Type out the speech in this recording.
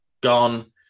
gone